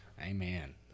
Amen